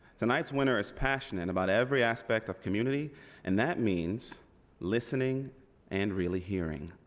tonight's winner is passionate about every aspect of community and that means listening and really hearing.